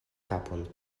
kapon